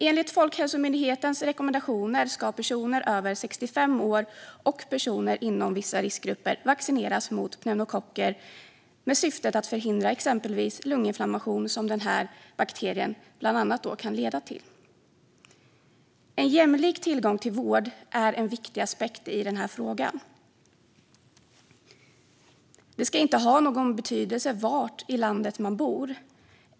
Enligt Folkhälsomyndighetens rekommendationer ska personer över 65 år och personer inom vissa riskgrupper vaccineras mot pneumokocker med syftet att förhindra exempelvis lunginflammation, som den här bakterien bland annat kan leda till. En jämlik tillgång till vård är en viktig aspekt i den här frågan. Det ska inte ha någon betydelse var i landet man bor.